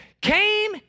Came